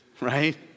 right